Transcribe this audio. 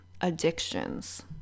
addictions